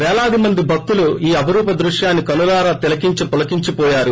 పేలాది మంది భక్తులు ఈ అపురూప దృశ్యాన్ని కనులార తిలకించి పులకించిపోయారు